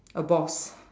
a boss